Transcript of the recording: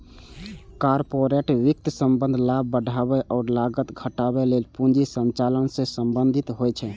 corporate वित्तक संबंध लाभ बढ़ाबै आ लागत घटाबै लेल पूंजी संचालन सं संबंधित होइ छै